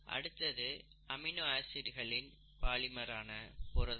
அடுத்தது அமினோ ஆசிட்டுகளின் பாலிமரான புரதங்கள்